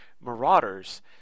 marauders